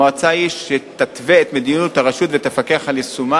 המועצה היא שתתווה את מדיניות הרשות ותפקח על יישומה.